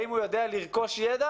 האם הוא יודע לרכוש ידע